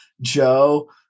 Joe